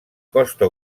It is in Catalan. costa